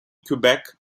quebec